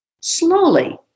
slowly